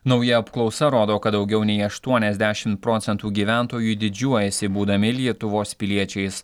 nauja apklausa rodo kad daugiau nei aštuoniasdešimt procentų gyventojų didžiuojasi būdami lietuvos piliečiais